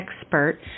expert